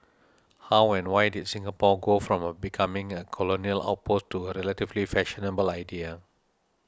how and why did Singapore go from becoming a colonial outpost to a relatively fashionable idea